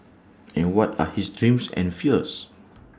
and what are his dreams and fears